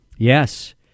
Yes